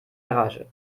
garage